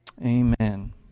Amen